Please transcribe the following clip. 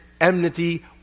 enmity